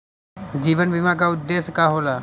जीवन बीमा का उदेस्य का होला?